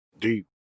Deep